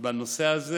בנושא הזה